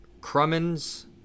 Crummins